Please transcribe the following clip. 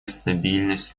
стабильность